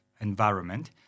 environment